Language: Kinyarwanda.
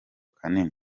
kanini